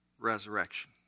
resurrection